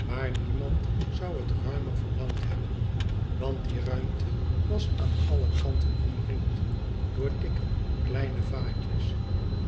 maar niemand zou het ruimer verlangd hebben vant die ruimte was aan alle kanten omringd door dikke kleine vaatjes